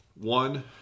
One